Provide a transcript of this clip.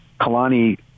Kalani